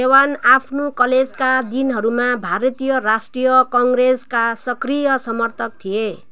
देवान आफ्ना कलेजका दिनहरूमा भारतीय राष्ट्रिय काङ्ग्रेसका सक्रिय समर्थक थिए